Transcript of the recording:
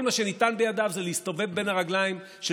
כל מה שניתן בידיו זה להסתובב בין הרגליים של